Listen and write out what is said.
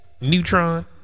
Neutron